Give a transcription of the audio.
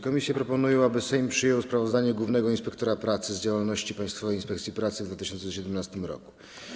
Komisje proponują, aby Sejm przyjął sprawozdanie głównego inspektora pracy z działalności Państwowej Inspekcji Pracy w 2017 r.